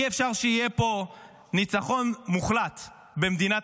אי-אפשר שיהיה פה ניצחון מוחלט במדינת